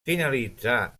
finalitzà